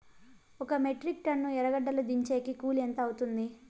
ఒక metric ton ఎర్రగడ్డలు దించేకి కూలి ఎంత అవుతుంది?